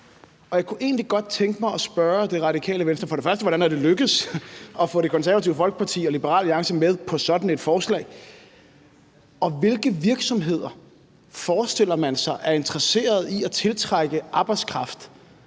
Jeg kunne godt tænke mig at spørge Radikale Venstre, for det første hvordan det er lykkedes at få Det Konservative Folkeparti og Liberal Alliance med på sådan et forslag, og for det andet hvilke virksomheder man forestiller sig er interesseret i at tiltrække arbejdskraft,